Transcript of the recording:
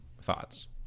thoughts